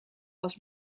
was